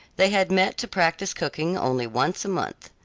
they had met to practice cooking only once a month.